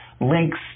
links